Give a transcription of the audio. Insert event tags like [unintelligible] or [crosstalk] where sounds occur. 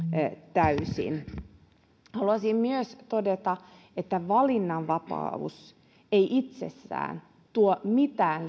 täysin haluaisin myös todeta että valinnanvapaus ei itsessään tuo mitään [unintelligible]